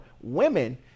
women